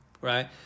right